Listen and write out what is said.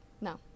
No